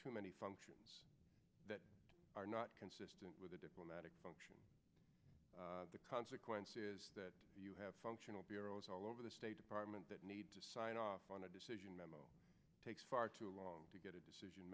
too many functions that are not consistent with a diplomatic function the consequence is that you have functional bureaus all over the state department that need to sign off on a decision takes far too long to get a decision